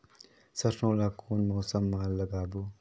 सरसो ला कोन मौसम मा लागबो?